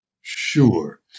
Sure